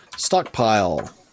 stockpile